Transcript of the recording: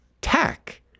tech